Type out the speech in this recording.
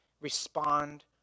Respond